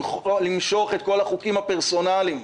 למשוך את כל החוקים הפרסונליים,